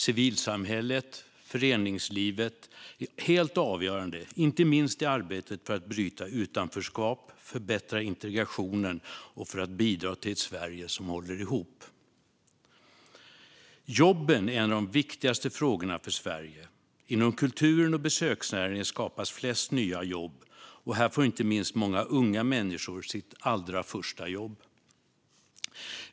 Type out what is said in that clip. Civilsamhället och föreningslivet är helt avgörande, inte minst i arbetet för att bryta utanförskap och förbättra integrationen och för att bidra till ett Sverige som håller ihop. Jobben är en av de viktigaste frågorna för Sverige. Inom kulturen och besöksnäringen skapas flest nya jobb, och här får inte minst många unga människor sitt allra första jobb.